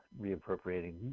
reappropriating